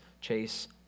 chase